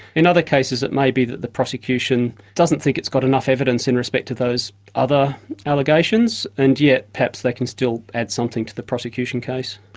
in other cases it may be that the prosecution doesn't think it's got enough evidence in respect to those other allegations, and yet perhaps they can still add something to the prosecution case.